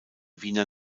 wiener